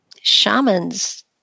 shamans